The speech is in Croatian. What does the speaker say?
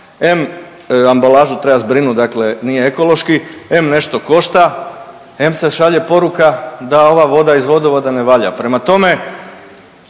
Em ambalažu treba zbrinut dakle nije ekološki, em nešto košta, em se šalje poruka da ova voda iz vodovoda ne valja. Prema tome,